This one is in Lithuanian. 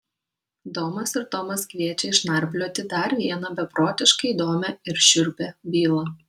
domas ir tomas kviečia išnarplioti dar vieną beprotiškai įdomią ir šiurpią bylą